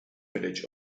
village